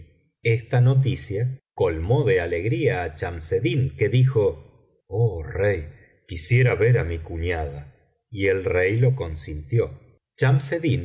esta noticia colmó de alegría á chamseddin que dijo oh rey quisiera ver á mi cuñada y el rey lo consintió